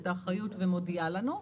את האחריות ומודיעה לנו,